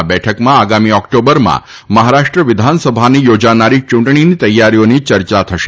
આ બેઠકમાં આગામી ઓક્ટોબરમાં મહારાષ્ટ્ર વિધાનસભાની યોજાનારી યૂંટણીની તૈયારીઓની યર્યા કરાશે